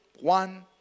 One